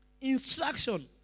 instruction